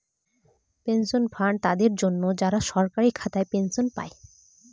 pension fund তাদের জন্য, যারা সরকারি খাতায় পেনশন পায়